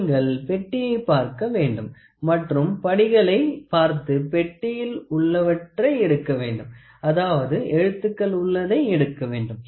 நீங்கள் பெட்டியை பார்க்க வேண்டும் மற்றும் படிகளைப் பார்த்து பெட்டியில் உள்ளவற்றை எடுக்க வேண்டும் அதாவது எழுத்துக்கள் உள்ளதை எடுக்க வேண்டும்